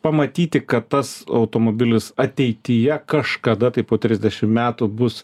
pamatyti kad tas automobilis ateityje kažkada tai po trisdešimt metų bus